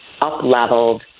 up-leveled